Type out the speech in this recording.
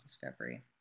discovery